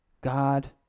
God